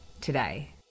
today